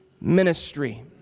ministry